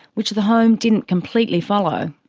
which the home didn't completely follow.